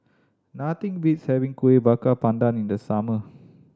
nothing beats having Kueh Bakar Pandan in the summer